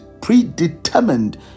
predetermined